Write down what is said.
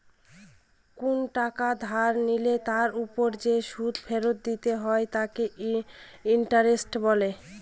কোন টাকা ধার নিলে তার ওপর যে সুদ ফেরত দিতে হয় তাকে ইন্টারেস্ট বলে